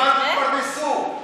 ממה תתפרנסו?